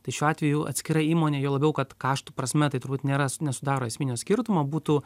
tai šiuo atveju atskira įmonė juo labiau kad kaštų prasme tai turbūt nėra nesudaro esminio skirtumo būtų